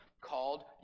called